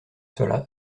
cela